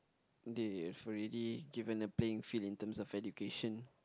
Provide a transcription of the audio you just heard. they've already given a playing field in terms of education